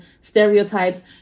stereotypes